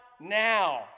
now